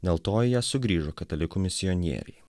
dėl to į ją sugrįžo katalikų misionieriai